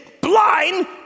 blind